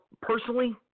personally